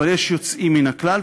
אבל יש יוצאים מן הכלל,